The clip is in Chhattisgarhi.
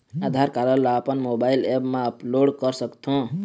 आधार कारड ला अपन मोबाइल ऐप मा अपलोड कर सकथों?